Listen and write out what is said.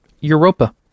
europa